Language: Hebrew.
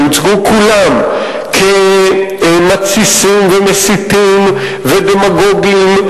שהוצגו כולם כמתסיסים ומסיתים ודמגוגים.